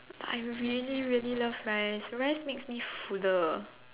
I really really love rice rice makes me fuller